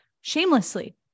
shamelessly